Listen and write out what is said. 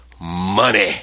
money